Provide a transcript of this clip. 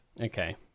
Okay